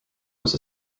was